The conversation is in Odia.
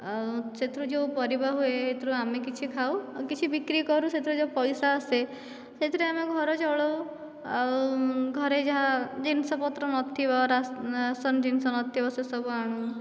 ଆଉ ସେଥିରୁ ଯେଉଁ ପରିବା ହୁଏ ସେଥିରୁ ଆମେ କିଛି ଖାଉ କିଛି ବିକ୍ରି କରୁ ସେଥିରୁ ଯେଉଁ ପଇସା ଆସେ ସେଥିରେ ଆମେ ଘର ଚଳାଉ ଆଉ ଘରେ ଯାହା ଜିନିଷ ପତ୍ର ନଥିବ ରାସନ ଜିନିଷ ନଥିବ ସେ ସବୁ ଆଣୁ